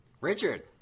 Richard